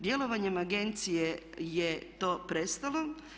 Djelovanjem agencije je to prestalo.